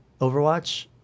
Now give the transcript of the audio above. Overwatch